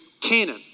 Canaan